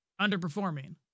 underperforming